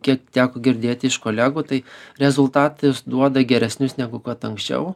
kiek teko girdėti iš kolegų tai rezultatus duoda geresnius negu kad anksčiau